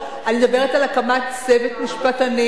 אני מדברת על הקמת צוות משפטנים.